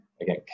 Again